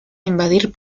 invadir